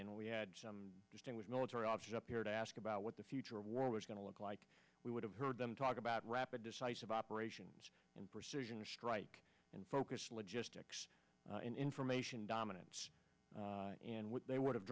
and we had some distinguished military officers up here to ask about what the future war was going to look like we would have heard them talk about rapid decisive operations and strike and focused logistics information dominance and what they would have